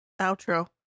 outro